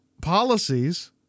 policies